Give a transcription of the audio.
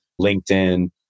LinkedIn